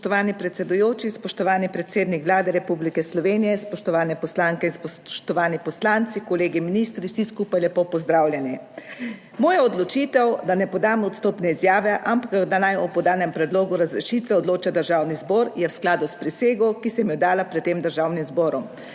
Spoštovani predsedujoči, spoštovani predsednik Vlade Republike Slovenije, spoštovane poslanke in spoštovani poslanci, kolegi ministri! Vsi skupaj lepo pozdravljeni! Moja odločitev, da ne podam odstopne izjave, ampak da naj o podanem predlogu razrešitve odloča Državni zbor, je v skladu s prisego, ki sem jo dala pred tem Državnim zborom.